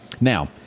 Now